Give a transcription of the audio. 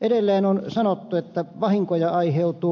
edelleen on sanottu että vahinkoja aiheutuu